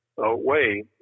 away